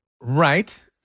Right